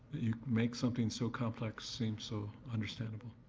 you make something so complex seem so understandable.